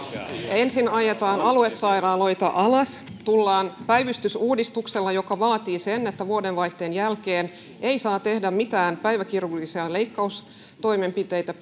ensin ajetaan aluesairaaloita alas tullaan päivystysuudistuksella joka vaatii sen että vuodenvaihteen jälkeen ei saa tehdä mitään päiväkirurgisia leikkaustoimenpiteitä